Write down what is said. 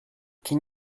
can